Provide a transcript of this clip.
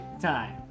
time